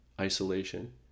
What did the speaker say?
isolation